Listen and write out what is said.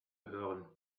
hören